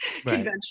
conventional